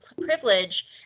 privilege